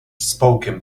spoken